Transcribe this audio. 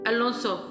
Alonso